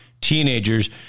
teenagers